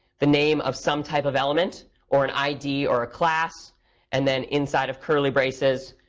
the name of some type of element or an id or a class and then, inside of curly braces,